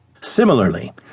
Similarly